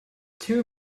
two